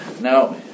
Now